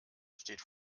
steht